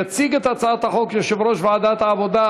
יציג את הצעת החוק יושב-ראש ועדת העבודה,